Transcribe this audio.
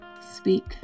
speak